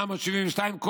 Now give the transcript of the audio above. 17,872 יחידות דיור,